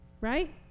Right